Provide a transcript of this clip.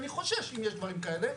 אני חושש אם יש דברים כאלה,